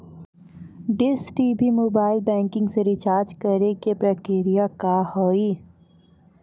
Dish TV mobile banking से recharge करे के प्रक्रिया का हाव हई?